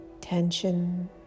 tension